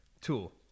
Tool